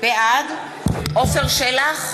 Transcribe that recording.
בעד עפר שלח,